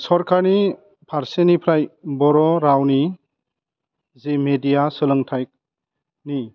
सरकारनि फारसेनिफ्राय बर' रावनि जि मेडिया सोलोंथाइनि